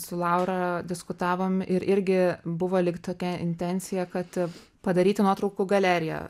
su laura diskutavom ir irgi buvo lyg tokia intencija kad padaryti nuotraukų galeriją